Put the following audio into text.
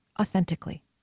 authentically